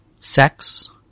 Sex